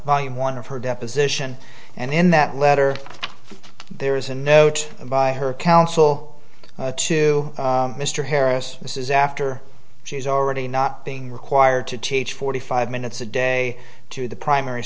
volume one of her deposition and in that letter there is a note by her counsel to mr harris this is after she's already not being required to teach forty five minutes a day to the primary